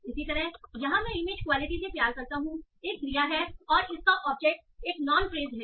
इसी तरह यहां मैं इमेज क्वालिटी से प्यार करता हूं एक क्रिया है और इसका ऑब्जेक्ट एक नॉन फ्रेज है